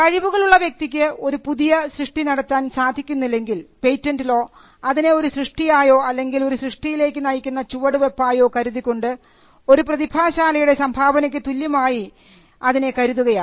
കഴിവുകൾ ഉള്ള വ്യക്തിക്ക് ഒരു പുതിയ സൃഷ്ടി നടത്താൻ സാധിക്കുന്നില്ലെങ്കിൽ പേറ്റന്റ് ലോ അതിനെ ഒരു സൃഷ്ടിയായോ അല്ലെങ്കിൽ ഒരു സൃഷ്ടിയിലേക്ക് നയിക്കുന്ന ചുവടുവെപ്പായോ കരുതിക്കൊണ്ട് ഒരു പ്രതിഭാശാലിയുടെ സംഭാവനക്ക് തുല്യമായി അതിനെ കരുതുകയാണ്